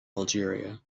algeria